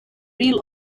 real